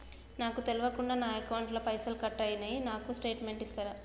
నాకు తెల్వకుండా నా అకౌంట్ ల పైసల్ కట్ అయినై నాకు స్టేటుమెంట్ ఇస్తరా?